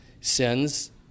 sends